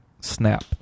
snap